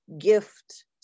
gift